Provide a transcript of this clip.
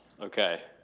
okay